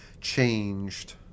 changed